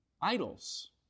idols